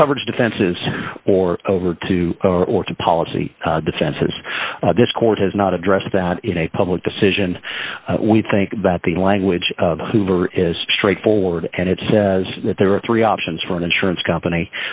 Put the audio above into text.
to coverage defenses or over to or to policy defenses this court has not addressed that in a public decision we think about the language of hoover is straightforward and it says that there are three options for an insurance company